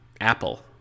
Apple